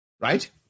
Right